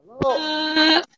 Hello